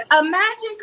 Imagine